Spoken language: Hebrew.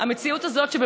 למציאות הזאת.